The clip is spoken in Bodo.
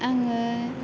आङो